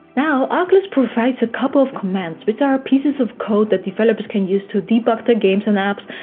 now oculus provides a couple of commands, which are pieces of code that developers can use to debug their games and apps.